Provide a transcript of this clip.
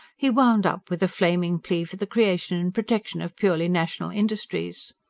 he wound up with a flaming plea for the creation and protection of purely national industries.